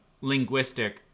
linguistic